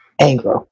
anger